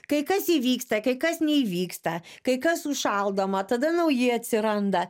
kai kas įvyksta kai kas neįvyksta kai kas užšaldoma tada nauji atsiranda